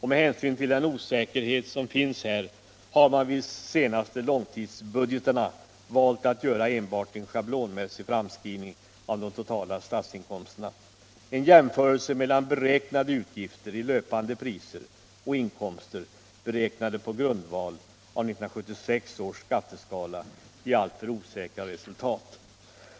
Med hänsyn till den osäkerhet som finns här har man vid de senaste långtidsbudgeterna valt att göra enbart en schablonmässig framskrivning av de totala statsinkomsterna. En jämförelse mellan beräknade utgifter i löpande priser och inkomster beräknade på grundval av 1976 års skatteskala ger alltför osäkra resultat.